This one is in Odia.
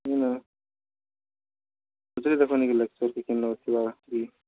ମୁଁ ନା ଏଥିରେ ଦେଖନି କିନ ଅଛି ବା ବୋଲି